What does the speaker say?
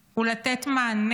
הוא לתת מענה,